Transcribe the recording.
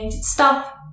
stop